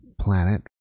planet